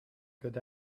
got